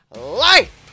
life